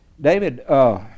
David